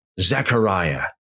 Zechariah